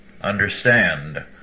understand